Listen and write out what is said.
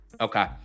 Okay